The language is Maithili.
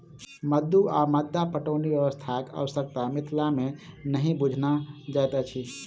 मद्दु वा मद्दा पटौनी व्यवस्थाक आवश्यता मिथिला मे नहि बुझना जाइत अछि